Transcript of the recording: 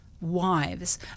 wives